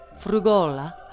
Frugola